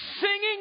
singing